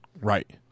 Right